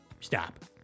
stop